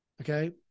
okay